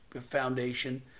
Foundation